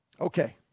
Okay